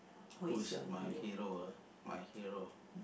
who is my hero ah my hero